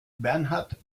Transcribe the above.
bernhard